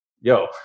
yo